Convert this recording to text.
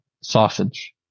sausage